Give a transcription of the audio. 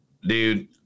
Dude